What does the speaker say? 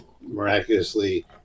miraculously